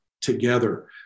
together